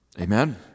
Amen